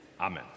amen